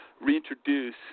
reintroduce